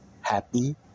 happy